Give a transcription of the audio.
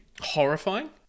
Horrifying